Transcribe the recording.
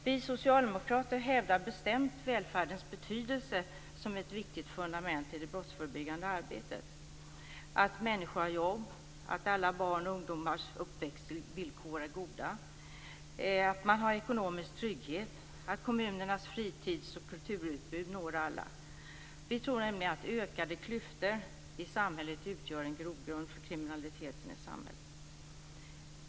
Vi socialdemokrater hävdar bestämt välfärdens betydelse som ett viktigt fundament i det brottsförebyggande arbetet, att människor har jobb, att alla barns och ungdomars uppväxtvillkor är goda, att man har ekonomisk trygghet, att kommunernas fritids och kulturutbud når alla. Vi tror nämligen att ökade klyftor i samhället utgör en grogrund för kriminaliteten.